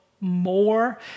more